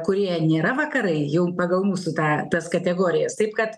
kurie nėra vakarai jau pagal mūsų tą tas kategorijas taip kad